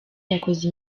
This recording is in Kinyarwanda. yakoze